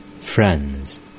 Friends